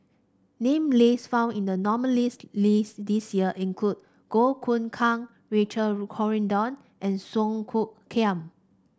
name list found in the nominees' list this year include Goh Choon Kang Richard Corridon and Song Hoot Kiam